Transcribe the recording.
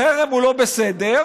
חרם הוא לא בסדר,